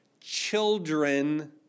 children